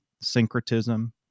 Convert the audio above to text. syncretism